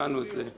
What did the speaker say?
אני